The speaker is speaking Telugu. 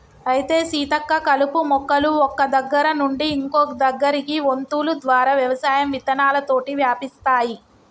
అయితే సీతక్క కలుపు మొక్కలు ఒక్క దగ్గర నుండి ఇంకో దగ్గరకి వొంతులు ద్వారా వ్యవసాయం విత్తనాలతోటి వ్యాపిస్తాయి